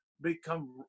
become